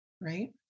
right